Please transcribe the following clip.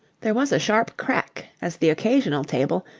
there was a sharp crack as the occasional table,